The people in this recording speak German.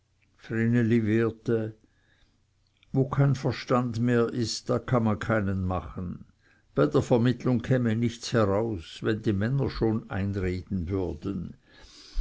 wo kein verstand mehr ist kann man keinen machen bei der vermittlung käme nichts heraus wenn die männer schon einreden würden